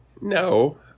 no